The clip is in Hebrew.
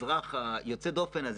האזרח היוצא דופן הזה,